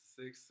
six